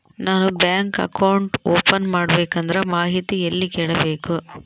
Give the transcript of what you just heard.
ನಾನು bank account open ಮಾಡಬೇಕಂದ್ರ ಮಾಹಿತಿ ಎಲ್ಲಿ ಕೇಳಬೇಕು?